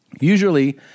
Usually